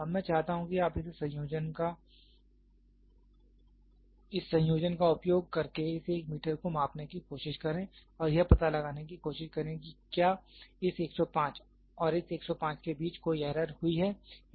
अब मैं चाहता हूं कि आप इस संयोजन का उपयोग करके इस 1 मीटर को मापने की कोशिश करें और यह पता लगाने की कोशिश करें कि क्या इस 105 और इस 105 के बीच कोई एरर हुई है